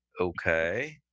okay